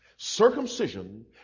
Circumcision